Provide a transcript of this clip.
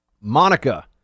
monica